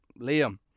Liam